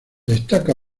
destaca